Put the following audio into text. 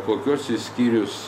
kokiuos jis skyrius